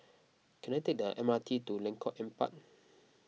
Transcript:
can I take the M R T to Lengkok Empat